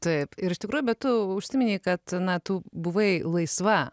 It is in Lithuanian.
taip ir iš tikrųjų bet tu užsiminei kad na tu buvai laisva